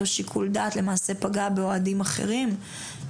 שיקול דעת למעשה פגע באוהדים אחרים.